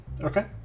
Okay